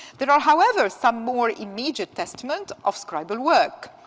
there are, however, some more immediate testament of scribal work.